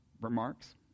remarks